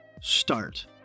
start